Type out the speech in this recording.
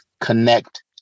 connect